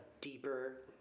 deeper